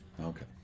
Okay